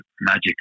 magic